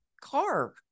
car